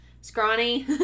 Scrawny